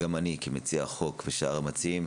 גם אני כמציע החוק ושאר המציעים,